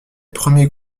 premiers